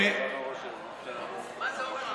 מה זה אומר?